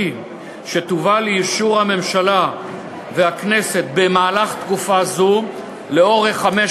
שתובא לאישור הממשלה והכנסת במהלך תקופה זו לאורך חמש